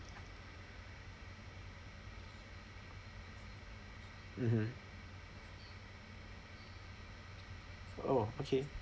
mmhmm oh okay